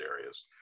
areas